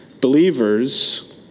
believers